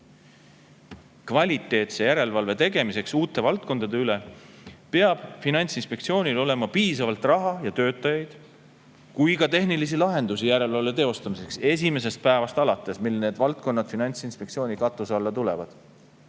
Kvaliteetse järelevalve tegemiseks uute valdkondade üle peab Finantsinspektsioonil olema nii piisavalt raha ja töötajaid kui ka tehnilisi lahendusi järelevalve teostamiseks esimesest päevast alates, mil need valdkonnad Finantsinspektsiooni katuse alla tulevad.